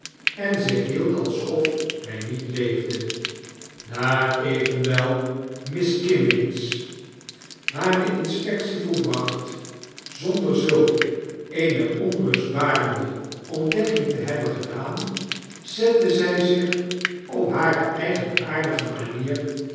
en zich hield alsof hij niet leefde daar evenwel miss kimmeens hare inspectie volbracht zonder zulk eene onrustbarende ontdekking te hebben gedaan zette zjj zich op hare eigenaardige manier